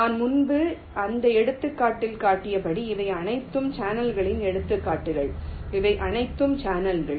நான் முன்பு அந்த எடுத்துக்காட்டில் காட்டியபடி இவை அனைத்தும் சேனல்களின் எடுத்துக்காட்டுகள் இவை அனைத்தும் சேனல்கள்